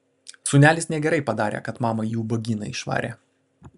sūnelis negerai padarė kad mamą į ubagyną išvarė